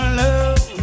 love